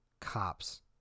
cops